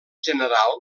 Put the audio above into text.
general